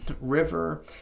River